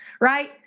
right